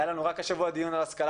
רק השבוע היה לנו דיון על ההשכלה